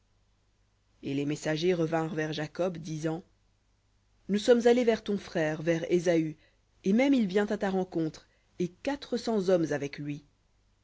et les messagers revinrent vers jacob disant nous sommes allés vers ton frère vers ésaü et même il vient à ta rencontre et quatre cents hommes avec lui